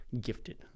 gifted